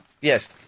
Yes